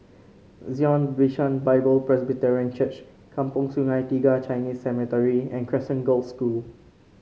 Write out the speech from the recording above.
Zion Bishan Bible Presbyterian Church Kampong Sungai Tiga Chinese Cemetery and Crescent Girls' School